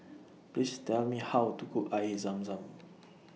Please Tell Me How to Cook Air Zam Zam